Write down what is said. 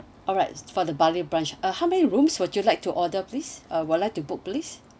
alright for the bali branch uh how many rooms would you like to order please uh would like to book please